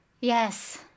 Yes